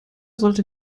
sollte